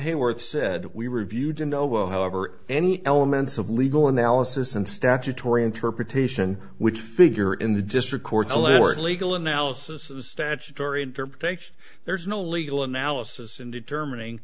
hayworth said we reviewed you know however any elements of legal analysis and statutory interpretation which figure in the district court the lord legal analysis of statutory interpretation there is no legal analysis in determining